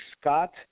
Scott